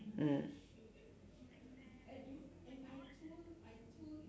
mm